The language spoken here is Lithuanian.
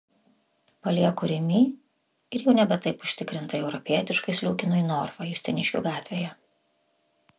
palieku rimi ir jau nebe taip užtikrintai europietiškai sliūkinu į norfą justiniškių gatvėje